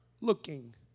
looking